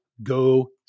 Go